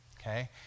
okay